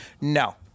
No